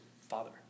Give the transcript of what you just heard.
Father